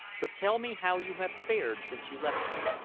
but tell me how you have fared since you left me.